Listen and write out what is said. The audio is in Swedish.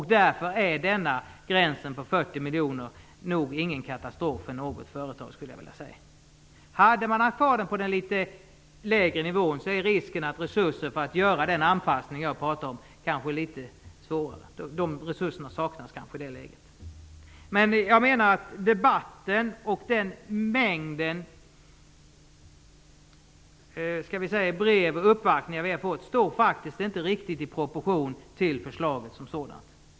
Därför är gränsen på 40 miljoner nog ingen katastrof för något företag, skulle jag vilja säga. Hade man haft kvar gränsen på den litet lägre nivån är risken att resurserna för att göra den anpassning jag talade om kanske skulle ha saknats. Jag menar att debatten och mängden brev och uppvaktningar vi har fått inte riktigt står i proportion till förslaget som sådant.